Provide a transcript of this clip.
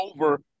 over